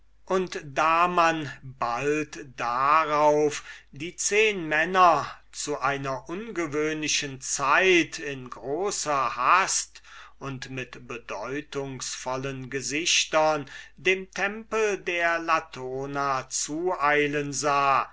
und da man bald die zehnmänner zu einer ungewöhnlichen zeit in großer hast und mit bedeutungsvollen gesichtern dem tempel der latona zueilen sah